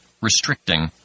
restricting